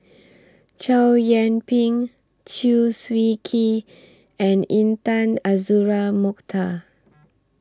Chow Yian Ping Chew Swee Kee and Intan Azura Mokhtar